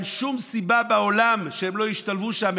אין שום סיבה בעולם שהם לא ישתלבו שם.